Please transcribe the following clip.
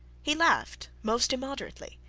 he laughed most immoderately.